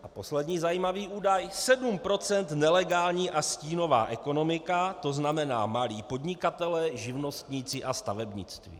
A poslední zajímavý údaj: 7 % nelegální a stínová ekonomika, to znamená malí podnikatelé, živnostníci a stavebnictví.